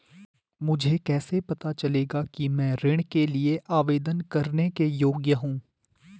मुझे कैसे पता चलेगा कि मैं ऋण के लिए आवेदन करने के योग्य हूँ?